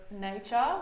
nature